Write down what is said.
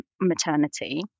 maternity